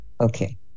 Okay